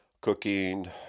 cooking